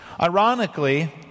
Ironically